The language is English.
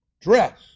dress